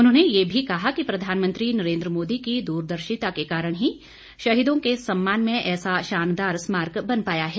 उन्होंने ये भी कहा कि प्रधानमंत्री नरेंद्र मोदी की दूरदर्शिता के कारण ही शहीदों के सम्मान में ऐसा शानदार स्मारक बन पाया है